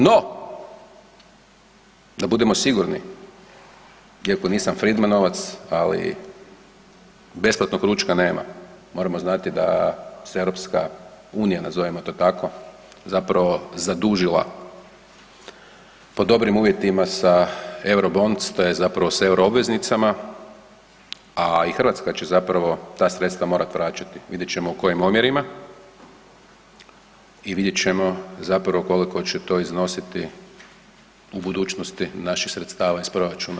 No, da budemo sigurni iako nisam Friedmanovac ali besplatnog ručka nema, moramo znati da se EU nazovimo to tako zapravo zadužila pod dobrim uvjetima se eurobonds tj. zapravo sa euroobveznicama, a i Hrvatska će zapravo ta sredstva morat vraćati, vidjet ćemo u kojima omjerima i vidjet ćemo zapravo koliko će to iznositi u budućnosti naših sredstava iz proračuna.